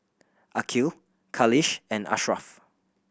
Aqil Khalish and Ashraff